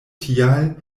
tial